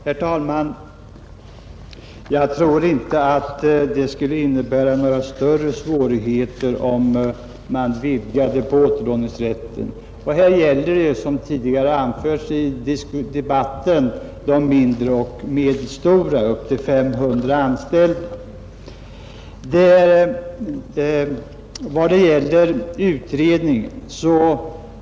Herr talman! Jag tror inte att det skulle innebära några större svårigheter om man vidgade återlånerätten. Här gäller det, som tidigare anförts i debatten, de mindre och medelstora företagen med upp till 500 anställda.